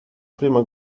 prima